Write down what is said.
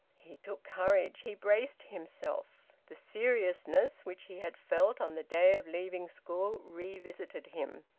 he took courage. he braced himself. the seriousness which he had felt on the day of leaving school revisited him.